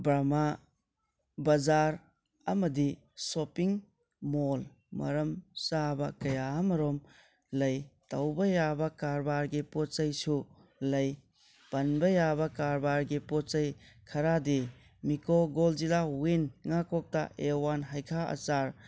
ꯚꯔꯃꯥ ꯕꯖꯥꯔ ꯑꯃꯗꯤ shopping mall ꯃꯔꯝ ꯆꯥꯕ ꯀꯌꯥ ꯑꯃꯔꯣꯝ ꯂꯩ ꯇꯧꯕ ꯌꯥꯕ ꯀꯔꯕꯥꯔꯒꯤ ꯄꯣꯠ ꯆꯩꯁꯨ ꯂꯩ ꯄꯟꯕ ꯌꯥꯕ ꯀꯔꯕꯥꯔꯒꯤ ꯄꯣꯠ ꯆꯩ ꯈꯔꯗꯤ ꯃꯤꯀꯣ ꯒꯣꯜꯖꯤꯂꯥ ꯋꯤꯟ ꯉꯥ ꯀꯧꯇ ꯑꯦ ꯋꯥꯟ ꯍꯩꯈꯥ ꯑꯆꯥꯔ